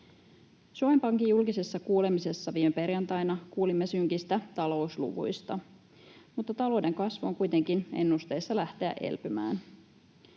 Suomen Pankin julkisessa kuulemisessa viime perjantaina kuulimme synkistä talousluvuista, mutta ennusteissa talouden kasvu on kuitenkin lähdössä elpymään.